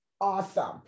awesome